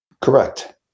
Correct